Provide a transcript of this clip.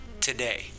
today